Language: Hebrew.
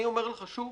אני אומר לך שוב,